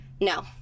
no